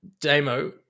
Demo